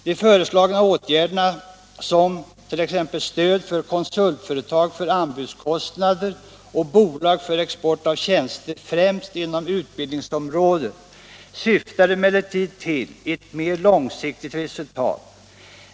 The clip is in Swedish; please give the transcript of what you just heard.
De föreslagna åtgärderna — t.ex. stöd till konsultföretag för anbudskostnader samt bolag för export av tjänster, främst inom utbildningsområdet — syftar emellertid till ett mer långsiktigt resultat.